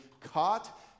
caught